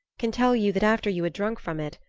can tell you that after you had drunk from it,